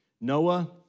Noah